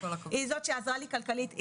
היא זאת שעזרה לי כלכלית,